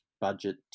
budget